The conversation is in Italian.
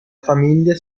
famiglia